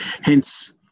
hence